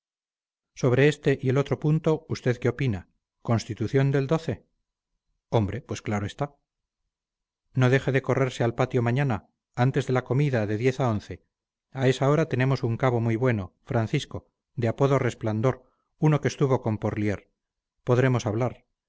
sobre este y el otro punto usted qué opina constitución del hombre pues claro está no deje de correrse al patio mañana antes de la comida de diez a once a esa hora tenemos un cabo muy bueno francisco de apodo resplandor uno que estuvo con porlier podremos hablar